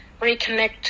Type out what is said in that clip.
reconnect